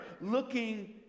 looking